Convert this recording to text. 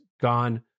gone